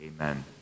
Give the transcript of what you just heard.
amen